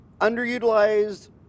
underutilized